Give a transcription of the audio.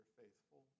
faithful